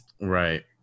Right